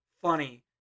funny